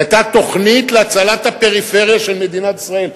זאת היתה תוכנית להצלת הפריפריה של מדינת ישראל.